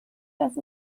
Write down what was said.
dass